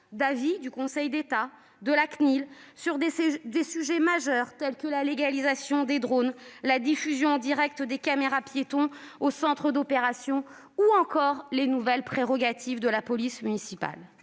avis du Conseil d'État ou de la CNIL sur des sujets majeurs tels que la légalisation des drones, la diffusion en direct des images des caméras-piétons au centre d'opérations ou encore les nouvelles prérogatives de la police municipale.